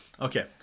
okay